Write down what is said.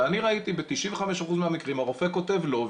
אני ראיתי ב-95% מהמקרים שהרופא כותב לא,